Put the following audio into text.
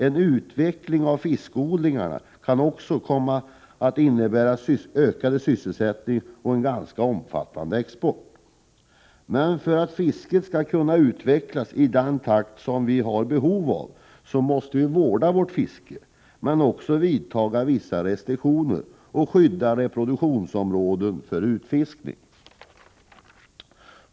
En utveckling av fiskodlingarna kan också komma att innebära ökad sysselsättning och en ganska omfattande export. Men för att fisket skall kunna utvecklas i den takt som vi har behov av måste vi vårda vårt fiske men också vidtaga vissa restriktioner och skydda reproduktionsområden för utfiskning.